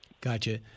Gotcha